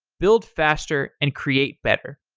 build faster and create better.